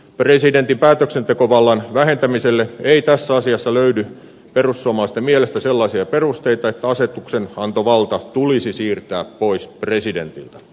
presidentin päätöksentekovallan vähentämiselle ei tässä asiassa löydy perussuomalaisten mielestä sellaisia perusteita että asetuksenantovalta tulisi siirtää pois presidentiltä